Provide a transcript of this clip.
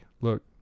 Look